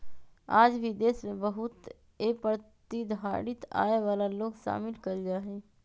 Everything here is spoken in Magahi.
आज भी देश में बहुत ए प्रतिधारित आय वाला लोग शामिल कइल जाहई